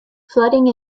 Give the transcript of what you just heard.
flooding